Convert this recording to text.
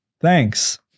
Thanks